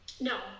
no